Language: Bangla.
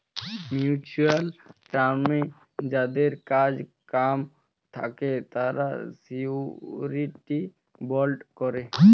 মিউচুয়াল টার্মে যাদের কাজ কাম থাকে তারা শিউরিটি বন্ড করে